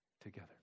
together